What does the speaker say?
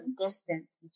distance